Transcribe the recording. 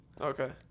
okay